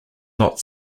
not